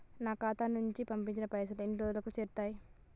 నా ఖాతా నుంచి పంపిన పైసలు ఎన్ని రోజులకు చేరుతయ్?